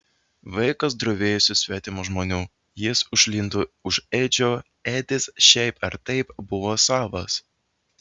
vaikas drovėjosi svetimų žmonių jis užlindo už edžio edis šiaip ar taip buvo savas